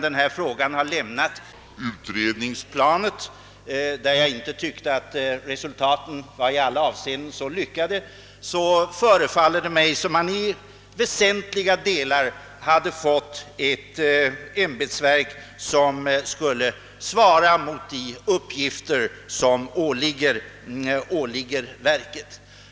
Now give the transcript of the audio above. Sedan denna fråga lämnat utredningsplanet, där jag inte tyckte att resultaten i alla avseenden var så lyckade, förefaller det mig nu som om det föreslagna ämbetsverket i väsentliga delar kommer att svara mot de uppgifter som skall åligga verket.